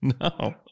no